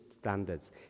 standards